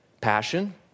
passion